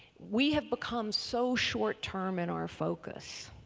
we have become so short term in our focus.